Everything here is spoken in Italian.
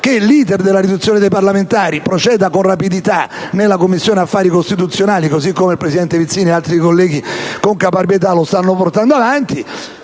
per la riduzione dei parlamentari proceda con rapidità nella Commissione affari costituzionali, così come il presidente Vizzini e altri colleghi con caparbietà lo stanno portando avanti.